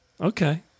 Okay